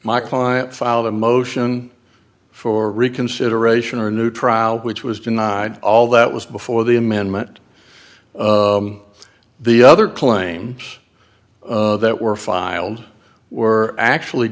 my client filed a motion for reconsideration or a new trial which was denied all that was before the amendment the other claims that were filed were actually